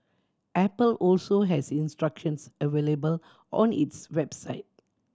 apple also has instructions available on its website